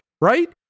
Right